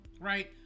right